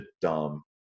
dumb